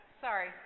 sorry